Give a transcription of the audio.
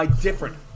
different